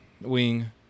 wing